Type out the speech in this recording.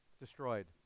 destroyed